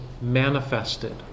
manifested